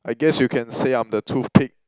I guess you can say I'm the toothpick